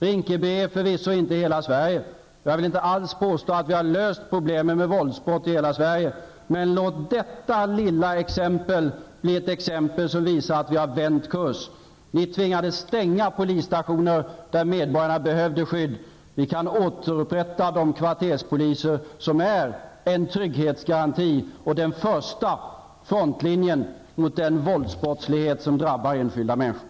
Rinkeby är förvisso inte hela Sverige, och jag vill inte alls påstå att vi har löst problemen med våldsbrott i hela Sverige, men låt detta lilla exempel bli ett exempel som visar att vi har ändrat kurs. Ni tvingades stänga polisstationer där medborgarna behövde skydd. Vi kan återupprätta den verksamhet med kvarterspoliser som är en trygghetsgaranti och den första frontlinjen mot den våldsbrottslighet som drabbar enskilda människor.